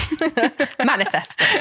manifest